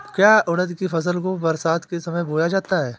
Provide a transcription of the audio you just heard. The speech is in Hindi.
क्या उड़द की फसल को बरसात के समय बोया जाता है?